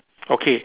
okay